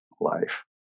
life